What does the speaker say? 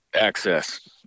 Access